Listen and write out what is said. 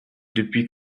depuis